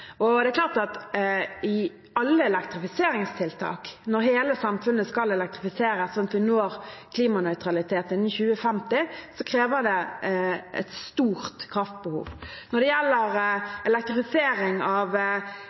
Det er klart at i alle elektrifiseringstiltak, når hele samfunnet skal elektrifiseres slik at vi når klimanøytralitet innen 2050, er det et stort kraftbehov. Når det gjelder elektrifisering av